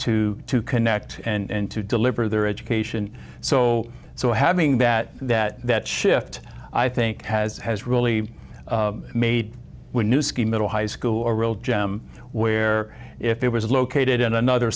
to to connect and to deliver their education so so having that that that shift i think has has really made new ski middle high school a real gem where if it was located in another